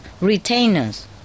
retainers